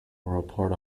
report